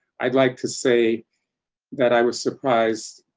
i'd like to say that i was surprised